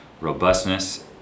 robustness